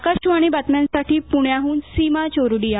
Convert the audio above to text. आकाशवाणी बातम्यांसाठी पुण्याहून सीमा चोरडिया